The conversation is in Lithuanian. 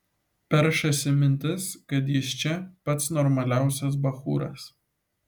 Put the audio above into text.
peršasi mintis kad jis čia pats normaliausias bachūras